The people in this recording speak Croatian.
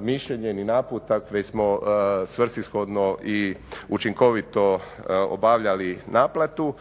mišljenje ni naputak već smo svrsishodno i učinkovito obavljali naplatu,